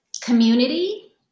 community